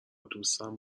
دوستم